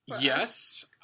Yes